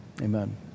amen